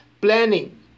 Planning